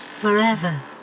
Forever